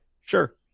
sure